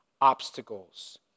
obstacles